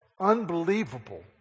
unbelievable